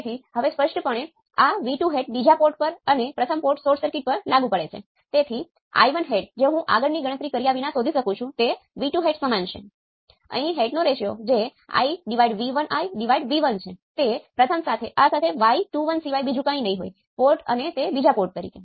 તેથી આપણે તેને કેટલાક અન્ય સમીકરણો દ્વારા બદલ્યું છે